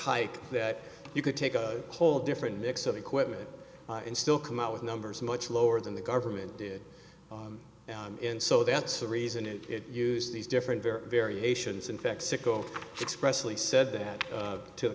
hike that you could take a whole different mix of equipment and still come out with numbers much lower than the government did in so that's the reason it used these different variations in fact sick o expressly said that to the